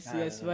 yes